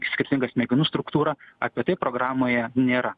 skirtinga smegenų struktūra apie tai programoje nėra